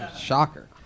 Shocker